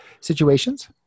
situations